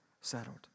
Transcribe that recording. settled